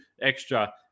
extra